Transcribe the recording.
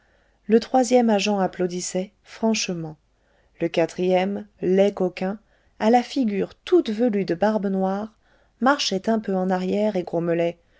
le troisième agent applaudissait franchement le quatrième laid coquin à la figure toute velue de barbe noire marchait un peu en arrière et grommelait